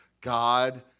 God